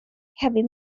heavy